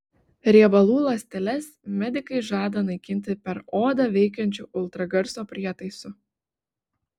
riebalų ląsteles medikai žada naikinti per odą veikiančiu ultragarso prietaisu